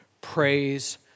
Praise